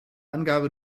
angabe